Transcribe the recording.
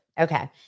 Okay